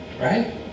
Right